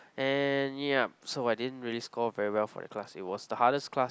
and yup so I didn't really score very well for the class it was the hardest class